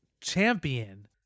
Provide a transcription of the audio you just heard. champion